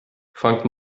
fangt